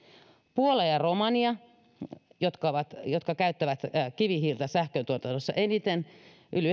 puolalla ja romanialla jotka käyttävät kivihiiltä sähköntuotannossa eniten yli